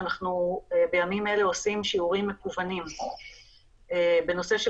שאנחנו בימים אלה עושים שיעורים מקוונים בנושא של